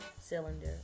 cylinder